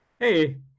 Hey